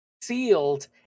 sealed